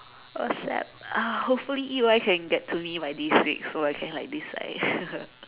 accept hopefully E_Y can get to me like this week so I can like decide